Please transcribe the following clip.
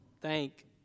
thank